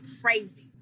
crazy